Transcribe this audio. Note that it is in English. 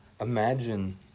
imagine